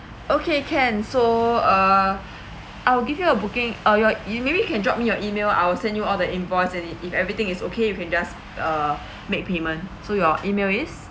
okay can so uh I will give you a booking uh your maybe you can drop me your email I will send you all the invoice and if everything is okay you can just uh make payment so your email is